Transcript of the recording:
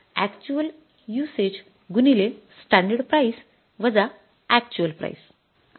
तर actual uses गुणिले standard price वजा अॅक्च्युअल प्राईस